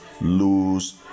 lose